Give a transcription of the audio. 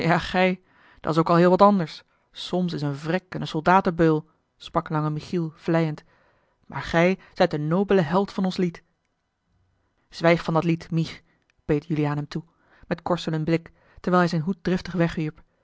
dat is ook heel wat anders solms is een vrek en een soldatenbeul sprak lange michiel vleiend maar gij zijt de nobele held van ons lied zwijg van dat lied mich beet juliaan hem toe met korzelen blik terwijl hij zijn hoed driftig wegwierp